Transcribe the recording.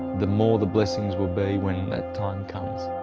the more the blessing will be when that time comes.